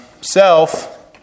Self